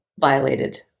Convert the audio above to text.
violated